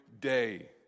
day